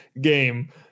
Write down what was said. game